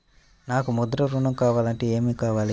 నాకు ముద్ర ఋణం కావాలంటే ఏమి కావాలి?